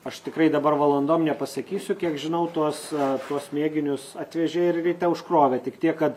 aš tikrai dabar valandom nepasakysiu kiek žinau tuos tuos mėginius atvežė ir ryte užkrovė tik tiek kad